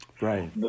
Right